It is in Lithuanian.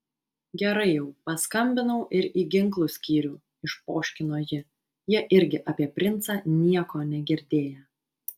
gerai jau paskambinau ir į ginklų skyrių išpoškino ji jie irgi apie princą nieko negirdėję